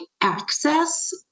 access